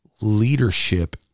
leadership